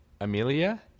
Amelia